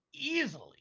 Easily